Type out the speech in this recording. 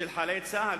של חיילי צה"ל,